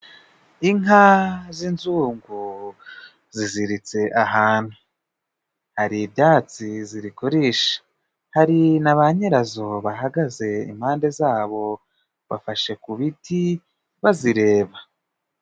Inka z'inzungu ziziritse ahantu hari ibyatsi ziri kurisha hari na ba nyirazo bahagaze impande zabo bafashe ku biti bazireba.